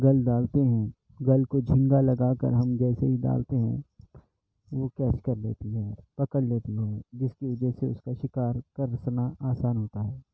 گل ڈالتے ہیں گل کو جھینگا لگا کر ہم جیسے ہی ڈالتے ہیں وہ کیچ کر لیتی ہے پکڑ لیتی ہیں جس کی جیسے اس کا شکار کرنا آسان ہوتا ہے